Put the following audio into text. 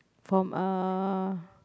from uh